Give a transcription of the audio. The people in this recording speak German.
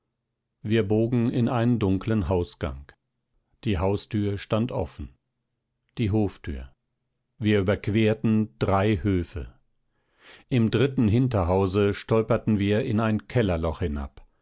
wir bogen in einen dunklen hausgang die haustür stand offen die hoftür wir überquerten drei höfe im dritten hinterhause stolperten wir in ein kellerloch hinab